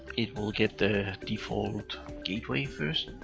it will get the default gateway first.